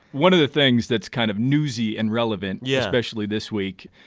one of the things that's kind of newsy and relevant, yeah especially this week,